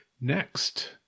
Next